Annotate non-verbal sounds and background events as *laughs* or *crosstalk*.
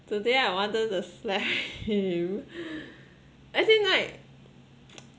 today I wanted to slap *laughs* him actually like